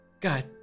God